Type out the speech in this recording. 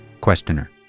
Questioner